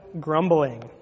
grumbling